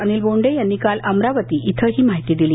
अनिल बोंडे यांनी काल अमरावती इथं ही माहिती दिली